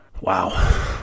Wow